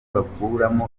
bakuramo